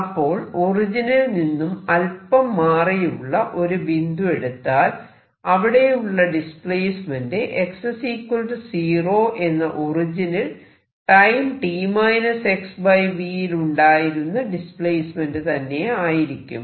അപ്പോൾ ഒറിജിനിൽ നിന്നും അല്പം മാറിയുള്ള ഒരു ബിന്ദു എടുത്താൽ അവിടെയുള്ള ഡിസ്പ്ലേസ്മെന്റ് x 0 എന്ന ഒറിജിനിൽ ടൈം t - xv യിലുണ്ടായിരുന്ന ഡിസ്പ്ലേസ്മെന്റ് തന്നെ ആയിരിക്കും